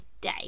day